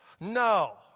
No